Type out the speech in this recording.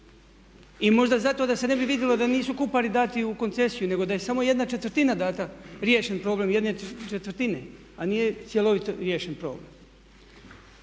I možda zato da se ne bi vidjelo da nisu Kupari dati u koncesiju nego da je samo 1/4 data, riješen problem 1/4 a nije cjelovito riješen problem.